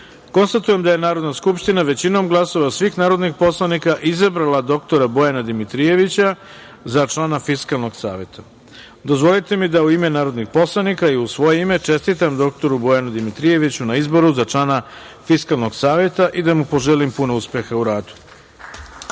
poslanika. Konstatujem da je Narodna skupština, većinom glasova svih narodnih poslanika, izabrala dr Bojana Dimitrijevića za člana Fiskalnog saveta. Dozvolite mi da u ime narodnih poslanika i u svoje ime čestitam dr Bojanu Dimitrijeviću na izboru za člana Fiskalnog saveta i da mu poželim puno uspeha u